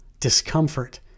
discomfort